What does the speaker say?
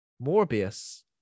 Morbius